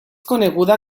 coneguda